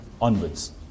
onwards